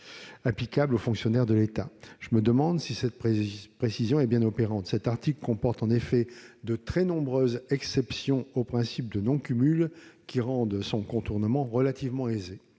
applicable aux fonctionnaires de l'État. Je me demande si cette précision est bien opérante. Cet article comporte en effet de très nombreuses exceptions au principe de non-cumul qui rendent son contournement relativement aisé.